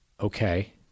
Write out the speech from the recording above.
Okay